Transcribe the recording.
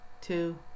two